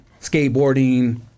skateboarding